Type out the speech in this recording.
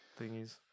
thingies